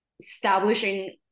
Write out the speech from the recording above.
establishing